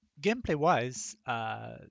Gameplay-wise